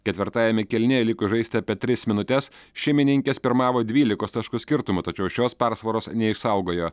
ketvirtajame kėlinyje likus žaisti apie tris minutes šeimininkės pirmavo dvylikos taškų skirtumu tačiau šios persvaros neišsaugojo